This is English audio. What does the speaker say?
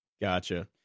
Gotcha